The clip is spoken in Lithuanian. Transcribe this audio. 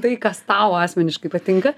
tai kas tau asmeniškai patinka